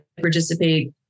participate